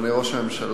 אדוני ראש הממשלה,